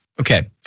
Okay